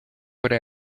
would